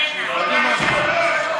לא צריך תשובה.